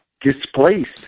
displaced